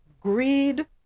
Greed